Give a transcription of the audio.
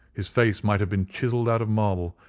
his face might have been chiselled out of marble,